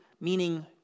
meaning